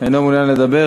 אינו מעוניין לדבר,